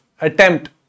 attempt